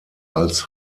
als